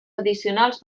addicionals